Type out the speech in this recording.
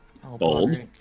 Bold